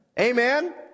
Amen